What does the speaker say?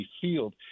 field